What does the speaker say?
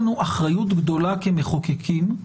וגם אז הייתה קואליציה של ימין ושמאל שתמכה בחקיקה הזאת.